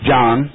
John